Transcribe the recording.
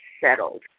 settled